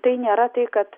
tai nėra tai kad